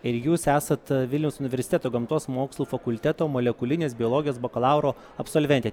ir jūs esat vilniaus universiteto gamtos mokslų fakulteto molekulinės biologijos bakalauro absolventė